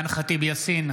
יאסין,